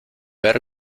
ver